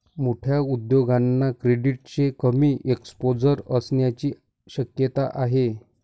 मोठ्या उद्योगांना क्रेडिटचे कमी एक्सपोजर असण्याची शक्यता आहे